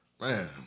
Man